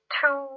two